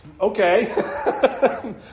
Okay